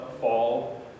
fall